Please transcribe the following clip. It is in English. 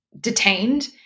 detained